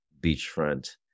beachfront